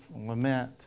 lament